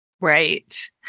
Right